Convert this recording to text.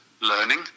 learning